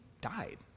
died